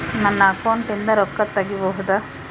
ನನ್ನ ಅಕೌಂಟಿಂದ ರೊಕ್ಕ ತಗಿಬಹುದಾ?